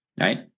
Right